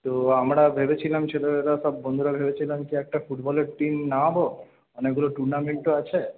তো আমরা ভেবেছিলাম ছেলেরা সব বন্ধুরা ভেবেছিলাম কি একটা ফুটবলের টিম নামাব অনেকগুলো টুর্নামেন্টও আছে